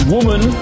Woman